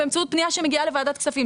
באמצעות פנייה שמגיעה לוועדת הכספים.